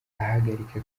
ahagarika